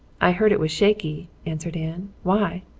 i heard it was shaky, answered anne. why?